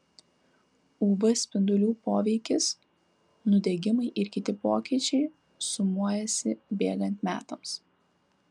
uv spindulių poveikis nudegimai ir kiti pokyčiai sumuojasi bėgant metams